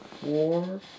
four